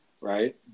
Right